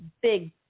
big